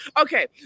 Okay